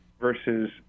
versus